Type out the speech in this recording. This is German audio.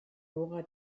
nora